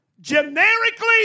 generically